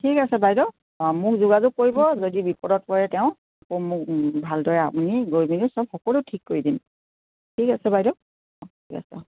ঠিক আছে বাইদেউ অঁ মোক যোগাযোগ কৰিব যদি বিপদত পৰে তেওঁ আকৌ মোক ভালদৰে আপুনি গৈ পিনি চব সকলো ঠিক কৰি দিম ঠিক আছে বাইদেউ অঁ ঠিক আছে